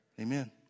Amen